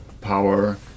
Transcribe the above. power